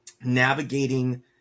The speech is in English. navigating